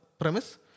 premise